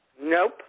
Nope